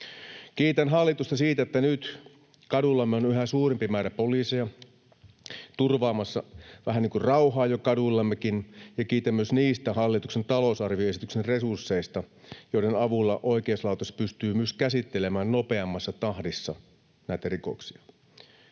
Kiitän hallitusta siitä, että nyt kaduillamme on yhä suurempi määrä poliiseja turvaamassa vähän niin kuin jo rauhaa. Kiitän myös niistä hallituksen talousarvioesityksen resursseista, joiden avulla oikeuslaitos pystyy käsittelemään nopeammassa tahdissa rikoksia.